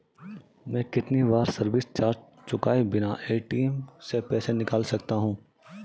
मैं कितनी बार सर्विस चार्ज चुकाए बिना ए.टी.एम से पैसे निकाल सकता हूं?